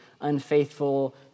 unfaithful